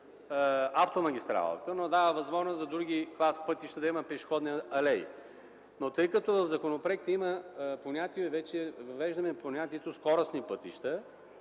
автомагистралата, но се дава възможност покрай друг клас пътища да има пешеходни алеи. Тъй като в законопроекта се въвежда понятието „скоростни пътища”,